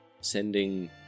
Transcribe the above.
sending